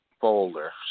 folder